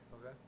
Okay